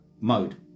mode